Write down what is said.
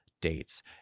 dates